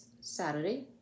Saturday